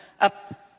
up